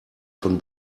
von